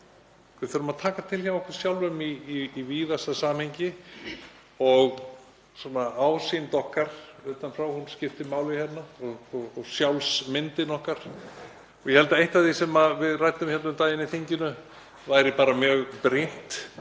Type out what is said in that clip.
við þurfum að taka til hjá okkur sjálfum í víðasta samhengi og ásýnd okkar utan frá skiptir máli hérna og sjálfsmyndin okkar. Ég held að eitt af því sem við ræddum hérna um daginn í þinginu væri bara mjög brýnt